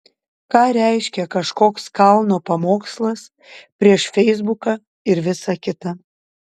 ką reiškia kažkoks kalno pamokslas prieš feisbuką ir visa kita